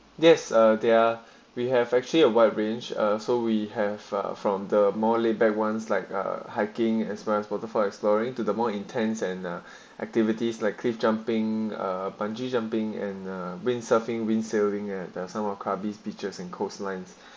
yes uh there we have actually a wide range ah so we have uh from the more lay back ones like uh hiking experience waterfall exploring to the more intense and uh activities like cliff jumping bungee jumping and uh windsurfing when sailing and there are some are cubbies beaches and coastlines